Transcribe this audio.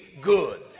good